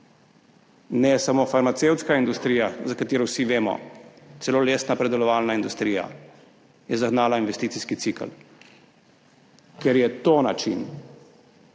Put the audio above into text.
ne samo farmacevtska industrija, za katero vsi vemo, celo lesna predelovalna industrija je zagnala investicijski cikel, ker je to način,